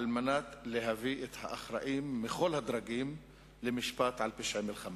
על מנת להביא את האחראים מכל הדרגים למשפט על פשעי מלחמה.